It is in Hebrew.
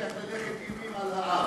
מהלך אימים על העם.